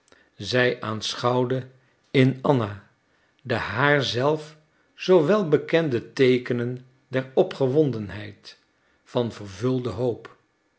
zij aanschouwde in anna de haar zelf zoo wel bekende teekenen der opgewondenheid van vervulde hoop